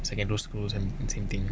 secondary schools and the same thing